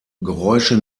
geräusche